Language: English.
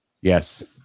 Yes